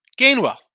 Gainwell